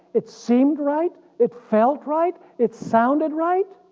it seemed right? it felt right? it sounded right?